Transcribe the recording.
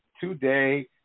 today